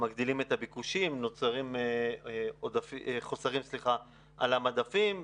מגדילים את הביקושים, נוצרים חוסרים על המדפים,